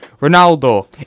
Ronaldo